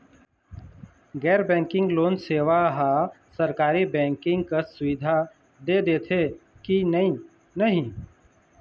गैर banking loan सेवा हा सरकारी बैंकिंग कस सुविधा दे देथे कि नई नहीं?